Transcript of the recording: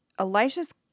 Elijah's